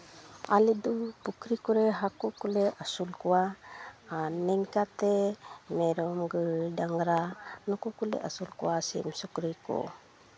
ᱟᱞᱮ ᱫᱚ ᱯᱩᱠᱷᱨᱤ ᱠᱚᱨᱮ ᱦᱟᱹᱠᱩ ᱠᱚᱞᱮ ᱟᱹᱥᱩᱞ ᱠᱚᱣᱟ ᱟᱨ ᱱᱤᱝᱠᱟᱛᱮ ᱢᱮᱨᱚᱢ ᱜᱟᱹᱭ ᱰᱟᱝᱨᱟ ᱱᱩᱠᱩ ᱠᱚᱞᱮ ᱟᱹᱥᱩᱞ ᱠᱚᱣᱟ ᱥᱤᱢ ᱥᱩᱠᱨᱤ ᱠᱚ